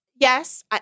Yes